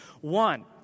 One